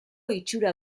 itxura